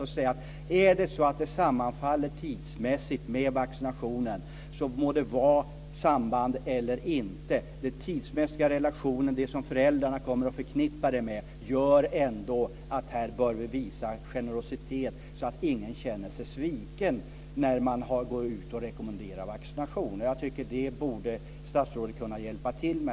Om det sammanfaller tidsmässigt med vaccinationen - det må vara samband eller inte - bör vi visa generositet, så att ingen känner sig sviken när man har gått ut och rekommenderat vaccination. Den tidsmässiga relationen är det som föräldrarna kommer att förknippa med det här. Det här borde statsrådet kunna hjälpa till med.